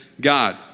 God